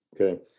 Okay